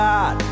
God